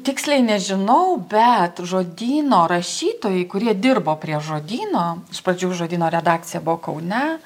tiksliai nežinau bet žodyno rašytojai kurie dirbo prie žodyno iš pradžių žodyno redakcija buvo kaune